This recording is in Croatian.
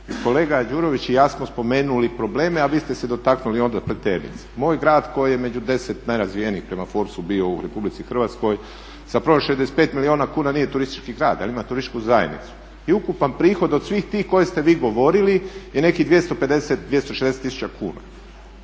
Kolega Đurović i ja smo spomenuli probleme, a vi ste se onda dotaknuli Pleternice. Moj grad koji je među 10 najrazvijenijih prema … bio u RH zapravo 65 milijuna kuna nije turistički grad, ali ima turističku zajednicu. I ukupan prihod od svih tih koje ste vi govorili je nekih 250, 260 tisuća kuna.